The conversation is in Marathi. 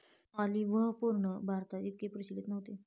ऑलिव्ह पूर्वी भारतात इतके प्रचलित नव्हते